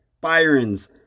Byron's